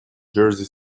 jersey